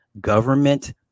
government